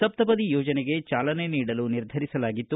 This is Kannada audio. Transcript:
ಸಪ್ತಪದಿ ಯೋಜನೆಗೆ ಚಾಲನೆ ನೀಡಲು ನಿರ್ಧರಿಸಲಾಗಿತ್ತು